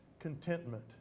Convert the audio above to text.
Contentment